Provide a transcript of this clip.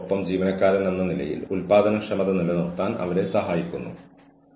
അളക്കാവുന്ന ഫലങ്ങളോടെ പ്രകടന പ്രതീക്ഷകൾ ഉൾക്കൊള്ളുന്ന നന്നായി ആസൂത്രണം ചെയ്ത ടെലികമ്മ്യൂട്ടർ പ്ലാൻ വികസിപ്പിക്കുക